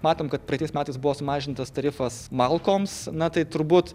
matom kad praeitais metais buvo sumažintas tarifas malkoms na tai turbūt